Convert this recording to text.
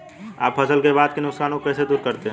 आप फसल के बाद के नुकसान को कैसे दूर करते हैं?